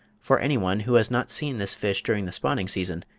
for any one, who has not seen this fish during the spawning-season,